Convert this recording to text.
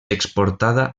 exportada